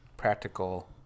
Practical